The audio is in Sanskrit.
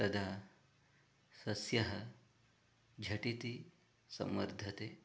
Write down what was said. तदा सस्यः झटिति संवर्धते